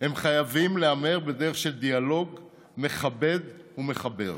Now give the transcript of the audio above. הם חייבים להיאמר בדרך של דיאלוג מכבד ומחבר.